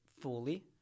fully